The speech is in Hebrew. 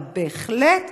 אבל בהחלט